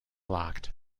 locked